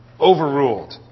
overruled